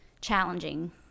challenging